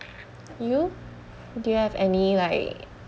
you do you have any like